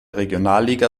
regionalliga